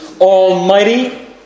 almighty